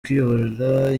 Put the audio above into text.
kuyobora